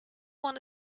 want